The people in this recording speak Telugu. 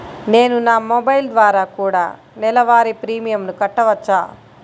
నేను నా మొబైల్ ద్వారా కూడ నెల వారి ప్రీమియంను కట్టావచ్చా?